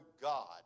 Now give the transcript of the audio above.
God